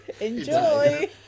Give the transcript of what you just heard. Enjoy